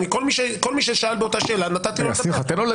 כל מי ששאל באותה שאלה נתתי לו לדבר.